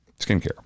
skincare